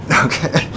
Okay